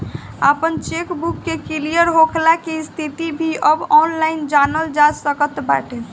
आपन चेकबुक के क्लियर होखला के स्थिति भी अब ऑनलाइन जनल जा सकत बाटे